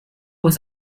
was